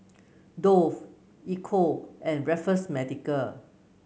Dove Ecco and Raffles Medical